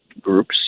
groups